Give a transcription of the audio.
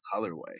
colorway